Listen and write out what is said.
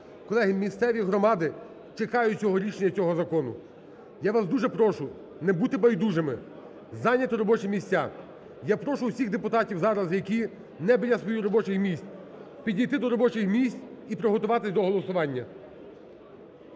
Колеги, місцеві громади чекають цього рішення і цього закону. Я вас дуже прошу не бути байдужими, зайняти робочі місця. Я прошу всіх депутатів зараз, які не біля своїх робочих місць, підійти до робочих місць і приготуватись до голосування.